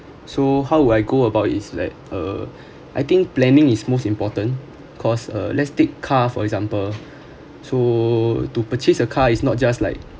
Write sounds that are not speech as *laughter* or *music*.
so how would I go about it is like uh *breath* I think planning is most important because uh let's take car for example so to purchase a car is not just like